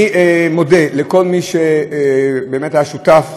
אני מודה לכל מי שהיה שותף,